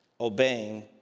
obeying